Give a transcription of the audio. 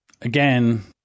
again